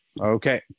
Okay